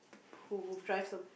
who who drive some